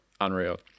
unreal